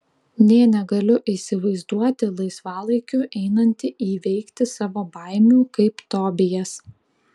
nė negaliu įsivaizduoti laisvalaikiu einanti įveikti savo baimių kaip tobijas